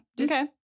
Okay